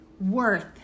worth